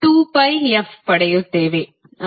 ನಾವು ω2πf ಪಡೆಯುತ್ತೇವೆ